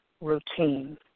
routine